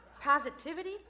Positivity